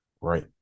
right